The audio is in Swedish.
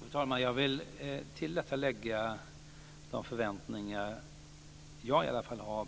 Fru talman! Jag vill till detta lägga de förväntningar som i varje fall jag har